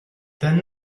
then